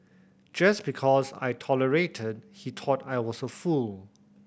just because I tolerated he thought I was a fool